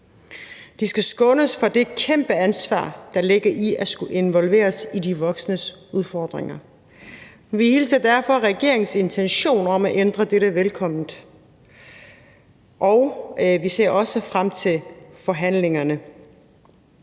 De skal skånes for det kæmpe ansvar, der ligger i at skulle involveres i de voksnes udfordringer. Lidt Vi hilser derfor regeringens intention om at ændre dette velkommen, og vi ser også frem til forhandlingerne.